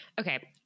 Okay